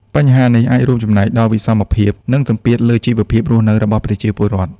បញ្ហានេះអាចរួមចំណែកដល់វិសមភាព និងសម្ពាធលើជីវភាពរស់នៅរបស់ប្រជាពលរដ្ឋ។